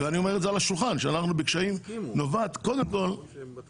ואני אומר את זה על השולחן שאנחנו בקשיים נובעת קודם כל מזה